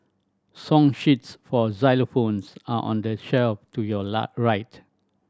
song sheets for xylophones are on the shelf to your right